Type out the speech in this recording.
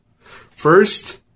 First